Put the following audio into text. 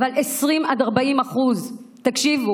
אבל 20% 40% תקשיבו,